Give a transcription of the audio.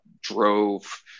drove